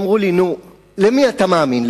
אז אמרו לי: נו, למי אתה מאמין?